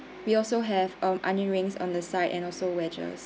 we also have um onion rings on the side and also wedges